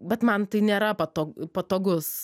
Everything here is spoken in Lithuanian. bet man tai nėra patog patogus